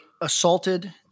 assaulted –